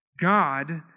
God